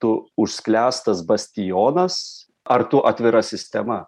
tu užsklęstas bastionas ar tu atvira sistema